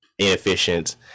Inefficient